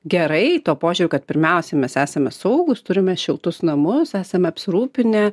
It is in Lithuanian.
gerai tuo požiūriu kad pirmiausiai mes esame saugūs turime šiltus namus esame apsirūpinę